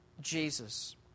Jesus